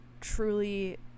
truly